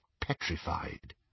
petrified